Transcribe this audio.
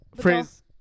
Phrase